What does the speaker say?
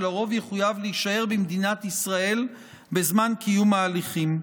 שלרוב יחויב להישאר במדינת ישראל בזמן קיום ההליכים.